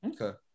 okay